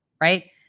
right